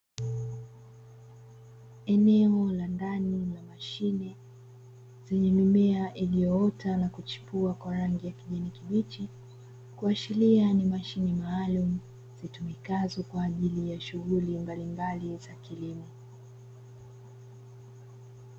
Eneo la ndani la mashine zenye mimea iliyoota na kuchipua kwa rangi ya kijani kibichi, kuashiria ni mashine maalumu zitumikazo kwaajili ya shughuli mbalimbali za kilimo.